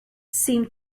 seem